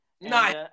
Nice